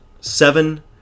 Seven